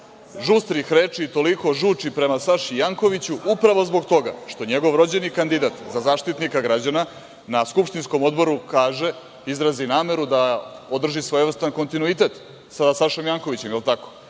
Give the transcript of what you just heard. žustrih reči i toliko žuči prema Saši Jankoviću, upravo zbog toga što njegov rođeni kandidat za Zaštitnika građana na skupštinskom Odboru kaže, izrazi nameru da održi svojevrstan kontinuitet sa Sašom Jankovićem, je li tako?